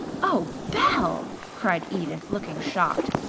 oh, belle! cried edith, looking shocked.